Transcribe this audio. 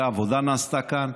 הרבה עבודה נעשתה כאן.